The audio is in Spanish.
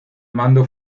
mando